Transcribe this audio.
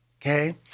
okay